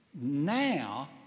now